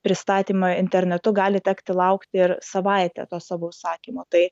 pristatymą internetu gali tekti laukti ir savaitę to savo užsakymo tai